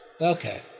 okay